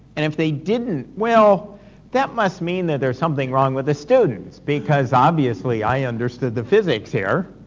and if they didn't, well that must mean that there's something wrong with the students, because obviously i understood the physics here,